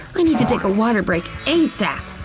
i need to take a water break asap!